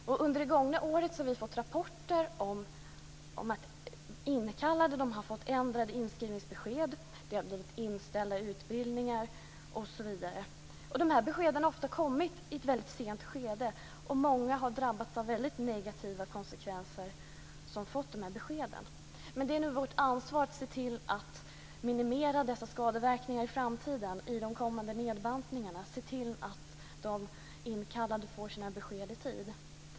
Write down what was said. Vi har under det gångna året fått rapporter om att inkallade har fått ändrade inskrivningsbesked, att utbildningar har inställts osv. De här beskeden har ofta kommit i ett väldigt sent skede, och många har drabbats av väldigt negativa konsekvenser av detta. Det är nu vårt ansvar att minimera dessa skadeverkningar i de kommande nedbantningarna i framtiden och se till att de värnpliktiga får sina besked i tid.